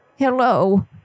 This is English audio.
Hello